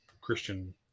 Christian